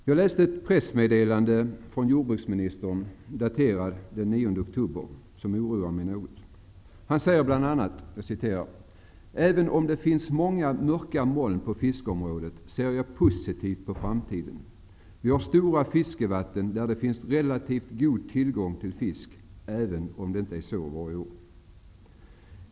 Jag läste ett pressmeddelande från jordbruksministern daterat den 9 oktober 1992 som oroar mig något. Han säger bl.a.: Även om det finns många mörka moln på fiskeomårdet ser jag positivt på framtiden. Vi har stora fiskevatten där det finns relativt god tillgång på fisk, även om det inte är så bra varje år.